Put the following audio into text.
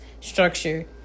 structure